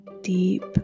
deep